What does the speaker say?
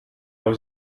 was